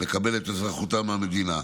לקבל את אזרחותם מהמדינה.